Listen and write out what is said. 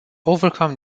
overcome